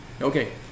okay